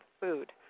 food